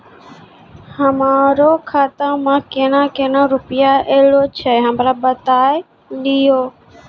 हमरो खाता मे केना केना रुपैया ऐलो छै? हमरा बताय लियै?